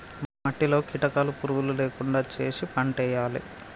మట్టిలో కీటకాలు పురుగులు లేకుండా చేశి పంటేయాలే